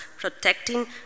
protecting